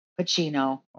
Pacino